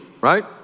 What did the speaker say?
right